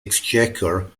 exchequer